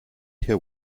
hear